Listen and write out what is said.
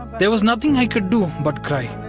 there is nothing i can do but cry.